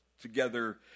together